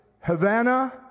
Havana